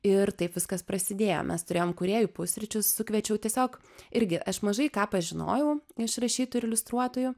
ir taip viskas prasidėjo mes turėjom kūrėjų pusryčius sukviečiau tiesiog irgi aš mažai ką pažinojau iš rašytų ir iliustruotojų